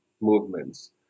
movements